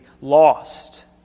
lost